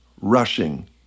rushing